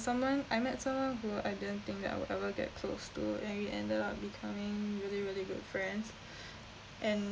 someone I met someone who I didn't think that I will ever get close to and we ended up becoming really really good friends and